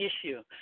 issue